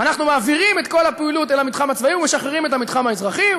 אנחנו מעבירים את כל הפעילות אל המתחם הצבאי ומשחררים את המתחם האזרחי.